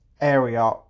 area